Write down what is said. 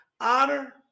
Honor